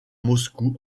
moscou